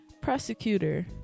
prosecutor